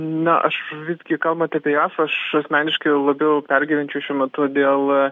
na aš visgi kalbant apie jav aš asmeniškai labiau pergyvenčiau šiuo metu dėl